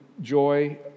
joy